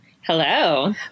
hello